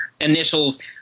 initials